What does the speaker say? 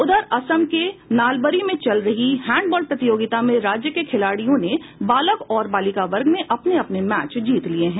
उधर असम के नालबरी में चल रही हैंडबॉल प्रतियोगिता में राज्य के खिलाड़ियों ने बालक और बालिका वर्ग में अपने अपने मैच जीत लिये हैं